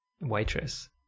waitress